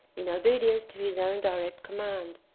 in obedience to his own direct command.